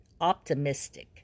optimistic